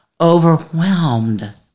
Overwhelmed